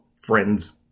Friends